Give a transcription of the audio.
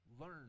Learn